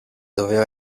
doveva